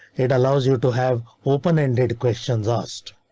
it allows you to have open ended questions asked.